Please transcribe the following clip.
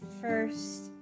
first